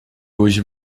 hoje